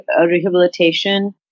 rehabilitation